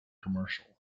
commercial